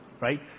Right